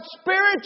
spiritual